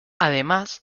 además